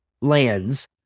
lands